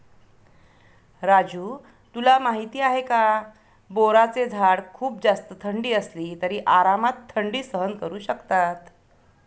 राजू तुला माहिती आहे का? बोराचे झाड खूप जास्त थंडी असली तरी आरामात थंडी सहन करू शकतात